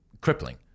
crippling